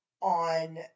on